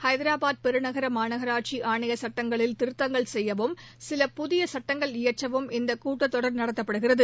ஹைதராபாத் பெருநகர மாநகராட்சி ஆணைய சட்டங்களில் திருத்தங்கள் செய்யவும் சில புதிய சட்டங்கள் இயற்றவும் இந்த கூட்டத்தொடர் நடத்தப்படுகிறது